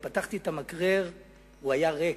פתחתי את המקרר והוא היה ריק.